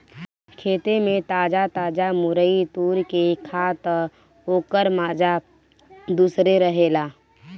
खेते में ताजा ताजा मुरई तुर के खा तअ ओकर माजा दूसरे रहेला